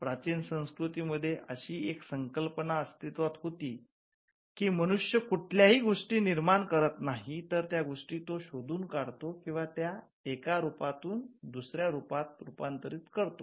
प्राचीन संस्कृतीमध्ये अशी एक संकल्पना अस्तित्वात होती की मनुष्य कुठल्याही गोष्टी निर्माण करत नाही तर त्या गोष्टी तो शोधून काढतो किंवा त्याचे एका रूपा तून दुसऱ्या रूपात रूपांतरण करतो